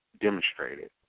demonstrated